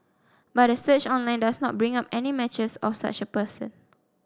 but a search online does not bring up any matches of such a person